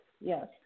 Yes